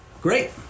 Great